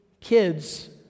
kids